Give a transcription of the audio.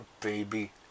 baby